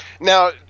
Now